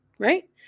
right